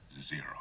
Zero